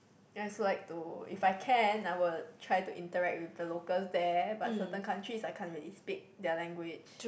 I also like to if I can I will try to interact with the locals there but certain countries I can't really speak their language